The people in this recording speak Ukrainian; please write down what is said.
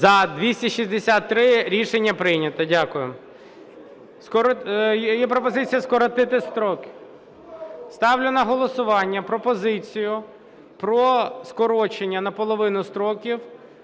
За-263 Рішення прийнято. Дякую. Є пропозиція скоротити строки. Ставлю на голосування пропозицію про скорочення наполовину строків